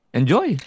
enjoy